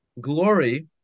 glory